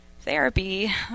Therapy